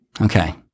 Okay